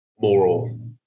moral